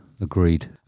Agreed